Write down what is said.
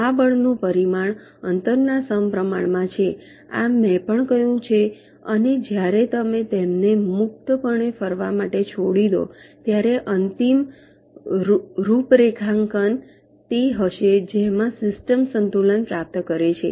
આ બળનું પરિમાણ અંતરના સમપ્રમાણ છે આ મેં પણ કહ્યું છે અને જ્યારે તમે તેમને મુક્તપણે ફરવા માટે છોડી દો ત્યારે અંતિમ રૂપરેખાંકન તે હશે જેમાં સિસ્ટમ સંતુલન પ્રાપ્ત કરે છે